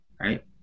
right